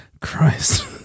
Christ